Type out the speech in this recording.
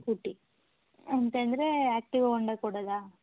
scooty ಅಂತಂದರೆ Activa Honda ಕೊಡೋದಾ